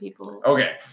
Okay